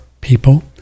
people